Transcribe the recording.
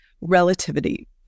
relativity